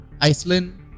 Iceland